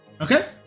Okay